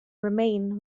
remain